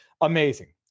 amazing